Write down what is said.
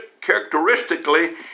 characteristically